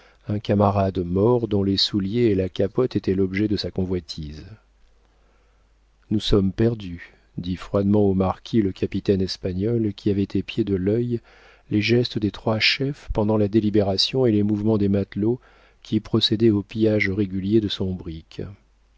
un camarade mort dont les souliers et la capote étaient l'objet de sa convoitise nous sommes perdus dit froidement au marquis le capitaine espagnol qui avait épié de l'œil les gestes des trois chefs pendant la délibération et les mouvements des matelots qui procédaient au pillage régulier de son brick